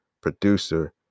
producer